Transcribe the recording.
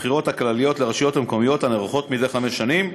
בבחירות הכלליות לרשויות המקומיות הנערכות מדי חמש שנים.